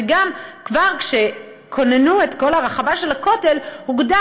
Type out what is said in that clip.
וגם כבר כשכוננו את כל הרחבה של הכותל הוגדר